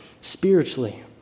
spiritually